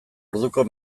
orduko